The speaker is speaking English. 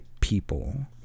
people